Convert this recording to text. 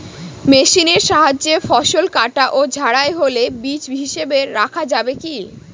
মেশিনের সাহায্যে ফসল কাটা ও ঝাড়াই হলে বীজ হিসাবে রাখা যাবে কি?